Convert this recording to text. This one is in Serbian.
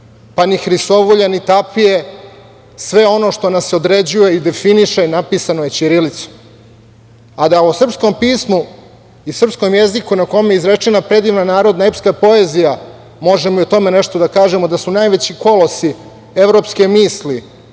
kao i hrisovulje i tapije, sve ono što nas određuje i definiše. Sve je napisano ćirilicom.A da o srpskom pismu i srpskom jeziku na kom je izrečena predivna narodna epska poezija, možemo i o tome nešto da kažemo, da su najveći kolosi evropske misli,